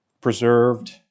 preserved